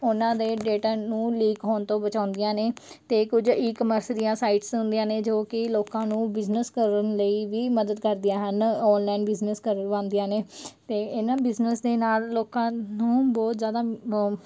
ਉਹਨਾ ਦੇ ਡੇਟਾ ਨੂੰ ਲੀਕ ਹੋਣ ਤੋਂ ਬਚਾਉਂਦੀਆ ਨੇ ਅਤੇ ਕੁਝ ਈ ਕਮਰਸ ਦੀਆਂ ਸਾਈਟਸ ਹੁੰਦੀਆਂ ਨੇ ਜੋ ਕਿ ਲੋਕਾਂ ਨੂੰ ਬਿਜ਼ਨਸ ਕਰਨ ਲਈ ਵੀ ਮਦਦ ਕਰਦੀਆਂ ਹਨ ਆਨਲਾਈਨ ਬਿਜ਼ਨਸ ਕਰਵਾਉਂਦੀਆਂ ਨੇ ਅਤੇ ਇਹਨਾਂ ਬਿਜ਼ਨਸ ਦੇ ਨਾਲ ਲੋਕਾਂ ਨੂੰ ਬਹੁਤ ਜ਼ਿਆਦਾ